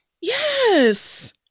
Yes